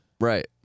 Right